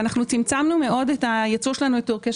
אנחנו צמצמנו מאוד את הייצוא שלנו לטורקיה,